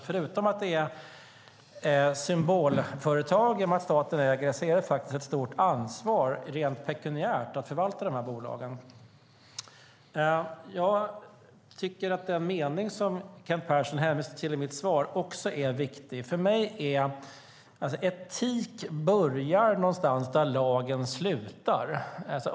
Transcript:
Förutom att det är symbolföretag genom att staten äger dem är det ett stort ansvar rent pekuniärt att förvalta bolagen. De meningar som Kent Persson hänvisar till i mitt svar är viktiga. För mig börjar etik någonstans där lagen slutar.